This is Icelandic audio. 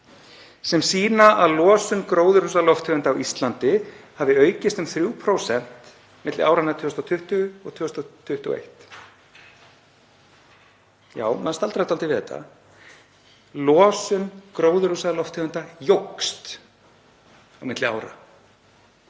sem sýna að losun gróðurhúsalofttegunda á Íslandi hafa aukist um 3% milli áranna 2020 og 2021. Maður staldrar dálítið við þetta. Losun gróðurhúsalofttegunda jókst á milli ára.